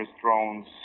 drones